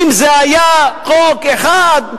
אם זה היה חוק אחד,